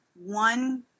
one